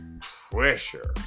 pressure